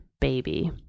baby